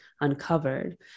uncovered